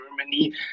Germany